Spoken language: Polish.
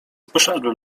poszedłem